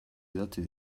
idatzi